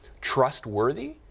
trustworthy